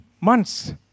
months